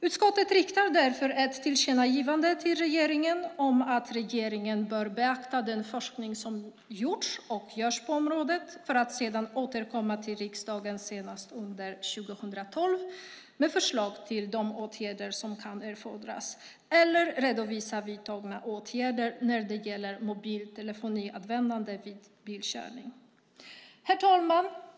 Utskottet riktar därför ett tillkännagivande till regeringen om att regeringen bör beakta den forskning som gjorts och görs på området för att sedan återkomma till riksdagen senast under 2012 med förslag till åtgärder som kan erfordras eller redovisa vidtagna åtgärder när det gäller mobiltelefonanvändande vid bilkörning. Herr talman!